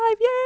yay